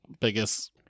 biggest